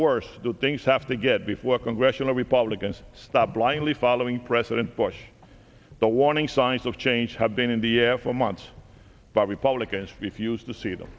worse things have to get before congressional republicans stop blindly following president bush the warning signs of change have been in the air for months but republicans fused to see them